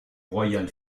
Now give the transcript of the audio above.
royal